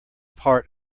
part